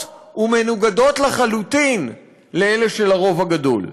ומנוגדות לחלוטין לאלה של הרוב הגדול.